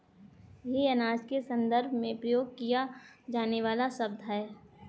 यह अनाज के संदर्भ में प्रयोग किया जाने वाला शब्द है